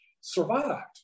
survived